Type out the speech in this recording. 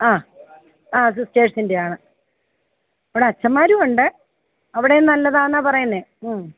ആഹ് ആ സിസ്റ്റെർസിന്റെ ആണ് അവിടെ അച്ഛൻമാരും ഉണ്ട് അവിടെയും നല്ലതാന്നാണ് പറയുന്നത്